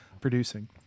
producing